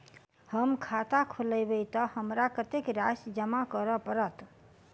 हम खाता खोलेबै तऽ हमरा कत्तेक राशि जमा करऽ पड़त?